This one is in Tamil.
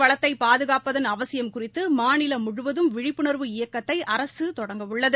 வளத்தைபாதுகாப்பதன் அவசியம் குறித்துமாநிலம் நீர் முழுவதும் விழிப்புணர்வு இயக்கத்தைஅரசுதொடங்கவுள்ளது